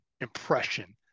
impression